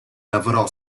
lavorò